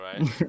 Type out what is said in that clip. Right